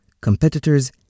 Competitors